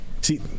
See